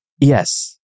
Yes